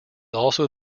also